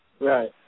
Right